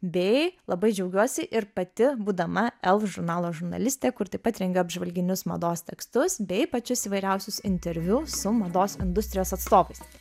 bei labai džiaugiuosi ir pati būdama el žurnalo žurnalistė kur taip pat rengia apžvalginius mados tekstus bei pačius įvairiausius interviu su mados industrijos atstovais